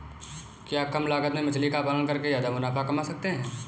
क्या कम लागत में मछली का पालन करके ज्यादा मुनाफा कमा सकते हैं?